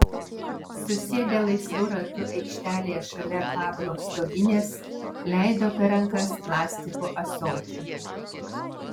susėdę laisvu ratu aikštelėje šalia pablo stoginės leido per rankas plastiko ąsotį